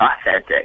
authentic